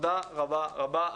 תודה רבה-רבה.